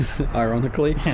ironically